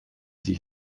sie